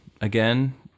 again